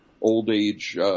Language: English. old-age